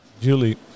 Julie